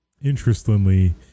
interestingly